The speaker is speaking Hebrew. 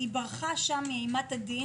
היא ברחה שם מאימת הדין,